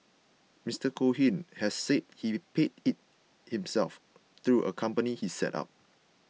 Mister Cohen has said he paid it himself through a company he set up